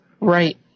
Right